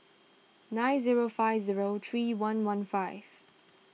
nine zero five zero three one one five